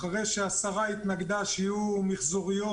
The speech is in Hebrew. אחרי שהשרה התנגדה שיהיו מיחזוריות,